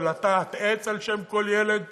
לטעת עץ על שם כל ילד